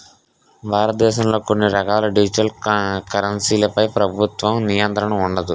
భారతదేశంలో కొన్ని రకాల డిజిటల్ కరెన్సీలపై ప్రభుత్వ నియంత్రణ ఉండదు